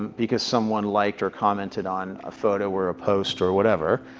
because someone liked or commented on a photo or a post or whatever,